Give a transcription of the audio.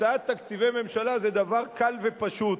הקצאת תקציבי ממשלה זה דבר קל ופשוט,